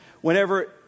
whenever